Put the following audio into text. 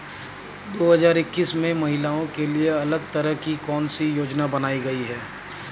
दो हजार इक्कीस में महिलाओं के लिए अलग तरह की कौन सी योजना बनाई गई है?